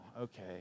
Okay